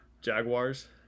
jaguars